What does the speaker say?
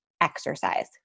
exercise